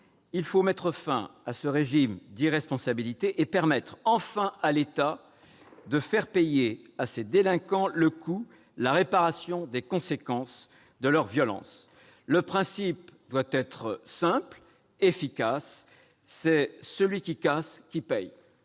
Il faut mettre fin à ce régime d'irresponsabilité et permettre enfin à l'État de faire payer à ces délinquants le coût de leurs violences. Le principe doit être simple et efficace : celui qui casse paye.